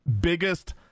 biggest